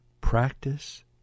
practice